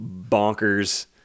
bonkers